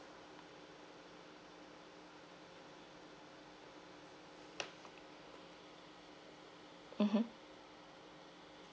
mmhmm